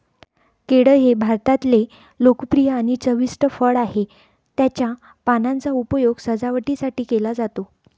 केळ हे भारतातले लोकप्रिय आणि चविष्ट फळ आहे, त्याच्या पानांचा उपयोग सजावटीसाठी केला जातो